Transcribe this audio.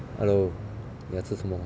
hello 你要吃什么